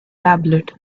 tablet